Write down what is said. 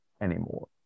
anymore